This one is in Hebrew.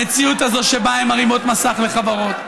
המציאות הזו שבה הן מרימות מסך לחברות,